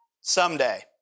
someday